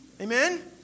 Amen